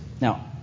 now